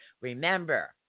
Remember